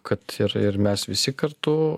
kad ir ir mes visi kartu